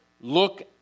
look